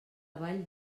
vall